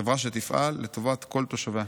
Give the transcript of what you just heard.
חברה שתפעל לטובת כל תושביה.